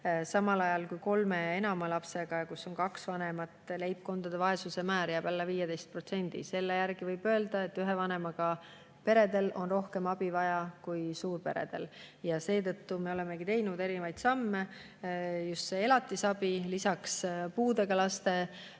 samal ajal kui kolme ja enama lapsega ning kahe vanemaga leibkondade vaesusmäär jääb alla 15%, mistõttu võib öelda, et ühe vanemaga peredel on rohkem abi vaja kui suurperedel. Seetõttu me olemegi teinud erinevaid samme. Just see elatisabi, lisaks puudega laste